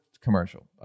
commercial